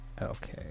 Okay